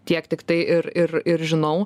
tiek tiktai ir ir ir žinau